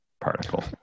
particle